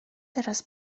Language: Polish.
teraz